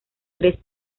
tres